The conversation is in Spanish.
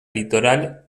litoral